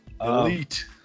Elite